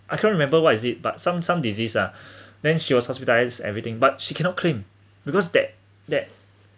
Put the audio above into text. I can't remember what is it but some some disease ah then she was hospitalised everything but she cannot claim because that that